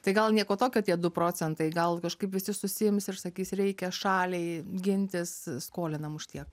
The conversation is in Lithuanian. tai gal nieko tokio tie du procentai gal kažkaip visi susiims ir sakys reikia šaliai gintis skolinam už tiek